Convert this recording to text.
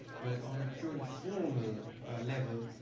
but on a purely formal level,